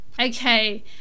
Okay